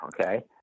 Okay